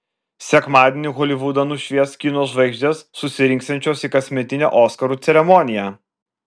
sekmadienį holivudą nušvies kino žvaigždės susirinksiančios į kasmetinę oskarų ceremoniją